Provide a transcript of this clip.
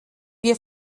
wir